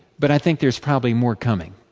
but i think there is probably more coming.